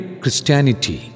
Christianity